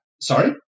sorry